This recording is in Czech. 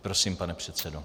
Prosím, pane předsedo.